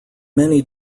many